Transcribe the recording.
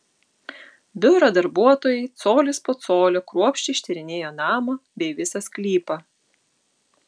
biuro darbuotojai colis po colio kruopščiai ištyrinėjo namą bei visą sklypą